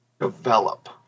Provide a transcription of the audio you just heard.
develop